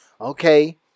Okay